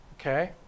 Okay